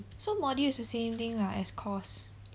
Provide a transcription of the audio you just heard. so module is the same thing lah as course